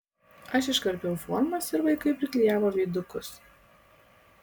aš iškarpiau formas ir vaikai priklijavo veidukus